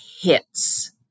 hits